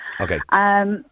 Okay